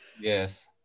yes